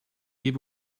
give